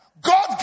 God